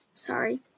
Sorry